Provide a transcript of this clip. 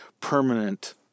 permanent